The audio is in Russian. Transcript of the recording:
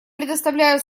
предоставляю